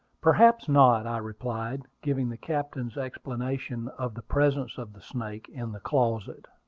perhaps not, i replied, giving the captain's explanation of the presence of the snake in the closet.